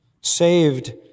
saved